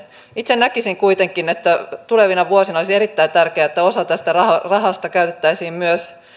itse näkisin kuitenkin että tulevina vuosina olisi erittäin tärkeää että osa tästä rahasta rahasta käytettäisiin myös